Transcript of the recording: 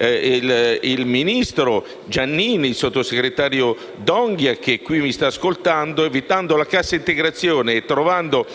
il ministro Giannini e il sottosegretario D'Onghia - qui mi sta ascoltando - evitando la cassa integrazione e trovando